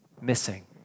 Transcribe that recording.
missing